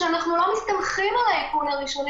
אנחנו אובחנו כחולים או בני המשפחה אומרים